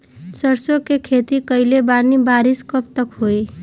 सरसों के खेती कईले बानी बारिश कब तक होई?